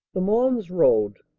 the mons road!